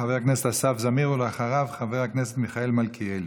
חבר אסף זמיר, ואחריו, חבר הכנסת מיכאל מלכיאלי.